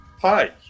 Hi